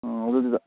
ꯑꯣ ꯑꯗꯨꯒꯤꯗ